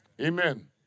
Amen